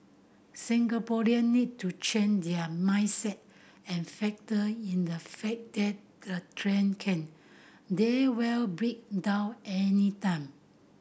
Singaporean need to change their mindset and factor in the fact that the train can they will break down anytime